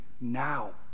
now